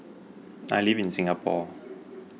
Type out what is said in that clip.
I live in Singapore